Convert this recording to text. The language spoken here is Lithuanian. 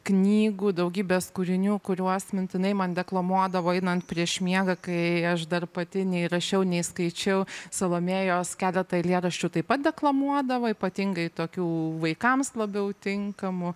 knygų daugybės kūrinių kuriuos mintinai man deklamuodavo einant prieš miegą kai aš dar pati nei rašiau nei skaičiau salomėjos keletą eilėraščių taip pat deklamuodavo ypatingai tokių vaikams labiau tinkamų